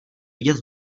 vidět